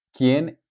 ¿Quién